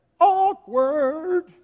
awkward